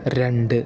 രണ്ട്